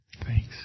Thanks